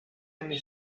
anni